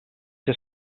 que